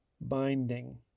binding